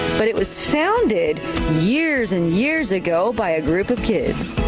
but it was founded years and years ago by a group of kids.